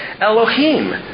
Elohim